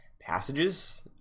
passages